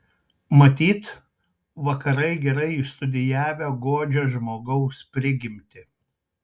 matyt vakarai gerai išstudijavę godžią žmogaus prigimtį